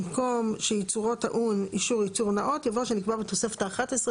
במקום "שייצורו טעון אישור ייצור נאות" יבוא "שנקבע בתוספת האחת עשרה".